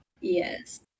Yes